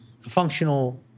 functional